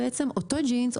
אותו ג'ינס,